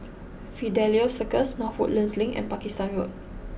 Fidelio Circus North Woodlands Link and Pakistan Road